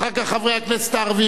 אחר כך חברי הכנסת הערבים.